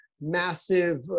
massive